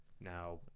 now